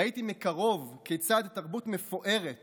ראיתי מקרוב כיצד תרבות מפוארת